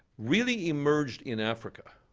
really emerged in africa,